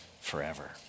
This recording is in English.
forever